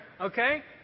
okay